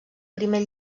primer